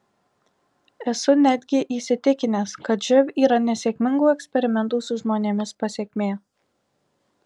esu netgi įsitikinęs kad živ yra nesėkmingų eksperimentų su žmonėmis pasekmė